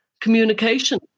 communication